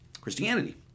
Christianity